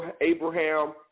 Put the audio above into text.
Abraham